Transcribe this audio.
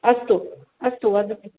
अस्तु अस्तु वदतु